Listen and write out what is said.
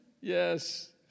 Yes